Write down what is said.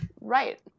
Right